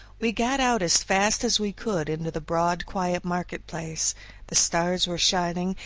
we got out as fast as we could into the broad quiet market-place the stars were shining,